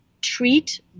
treat